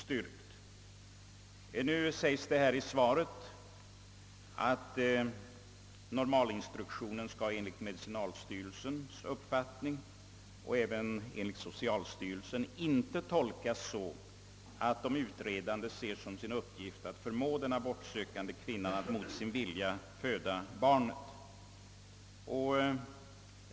Statsrådet framhåller i svaret, att normalinstruktionen enligt medicinalstyrelsens och socialministerns uppfattning inte skall tolkas så, att de utredande skall se som sin uppgift att förmå den abortsökande kvinnan att mot sin vilja föda barnet.